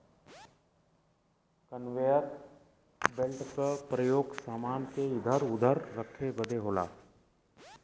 conveyor belt क परयोग समान के इधर उधर रखे बदे होला